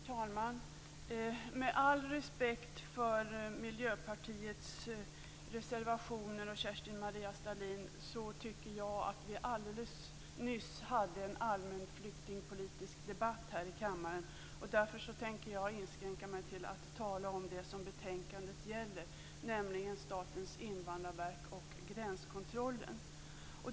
Herr talman! Med all respekt för Kerstin-Maria Stalins reservationer vill jag peka på att vi alldeles nyss hade en allmänpolitisk debatt om flyktingar i kammaren. Därför tänker jag inskränka mig till att tala om det betänkandet gäller, nämligen Statens invandrarverk och gränskontroll.